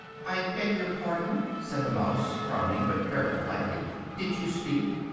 i beg your pardon? said the mouse, frowning, but very politely, did you speak?